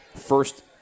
first